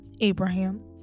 Abraham